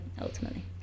ultimately